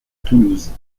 toulouse